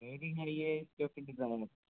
मेरी गाड़ी है स्विफ्ट डिजायर